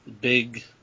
big